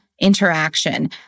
interaction